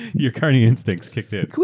your carny instincts kicked in.